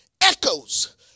echoes